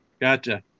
gotcha